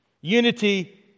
Unity